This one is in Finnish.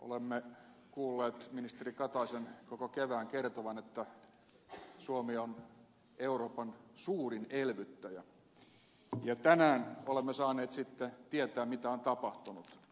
olemme kuulleet ministeri kataisen koko kevään kertovan että suomi on euroopan suurin elvyttäjä ja tänään olemme sitten saaneet tietää mitä on tapahtunut